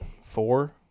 four